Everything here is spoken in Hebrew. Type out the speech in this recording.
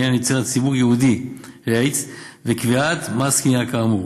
לעניין יצירת סיווג ייעודי ל-HEETS וקביעת מס קנייה כאמור,